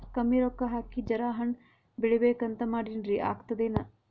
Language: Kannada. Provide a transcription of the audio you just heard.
ಕಮ್ಮಿ ರೊಕ್ಕ ಹಾಕಿ ಜರಾ ಹಣ್ ಬೆಳಿಬೇಕಂತ ಮಾಡಿನ್ರಿ, ಆಗ್ತದೇನ?